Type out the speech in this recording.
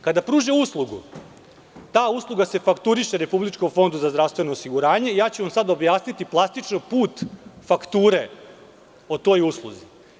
Kada pruže uslugu, ta usluga se fakturiše Republičkom fondu za zdravstveno osiguranje i ja ću vam sada objasniti plastično put fakture o toj usluzi.